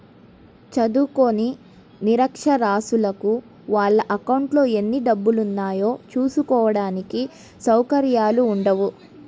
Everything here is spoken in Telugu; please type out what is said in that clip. చదువుకోని నిరక్షరాస్యులకు వాళ్ళ అకౌంట్లలో ఎన్ని డబ్బులున్నాయో చూసుకోడానికి సౌకర్యాలు ఉండవు